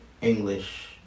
english